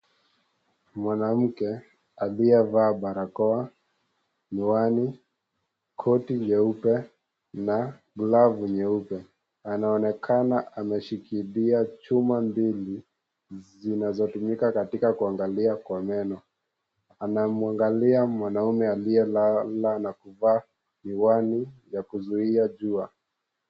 Mwanamke aliyevaa barakoa, miwani, koti nyeupe na glavu nyeupe, anaonekana ameshikilia chuma mbili zinazotumika katika kuangalia kwa meno. Anamwangalia mwanaume aliyelala na kuvaa miwani ya kuzuia jua.